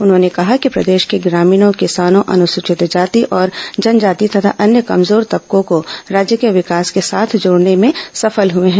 उन्होंने कहा कि प्रदेश के ग्रामीणों किसानों अनुसूचित जाति और जनजाति तथा अन्य कमजोर तबकों को राज्य के विकास के साथ जोड़ने में सफल हुए हैं